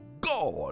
God